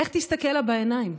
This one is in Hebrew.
איך תסתכל לה בעיניים?